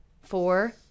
Four